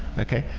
okay,